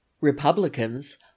Republicans